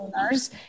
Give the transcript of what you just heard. owners